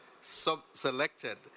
selected